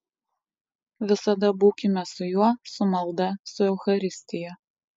visada būkime su juo su malda su eucharistija